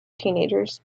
teenagers